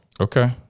Okay